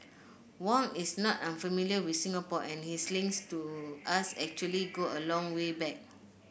Wang is not unfamiliar with Singapore and his links to us actually go a long way back